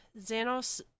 Xanos